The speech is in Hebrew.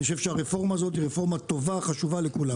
אני חושב שהרפורמה הזו היא חשובה וטובה לכולם.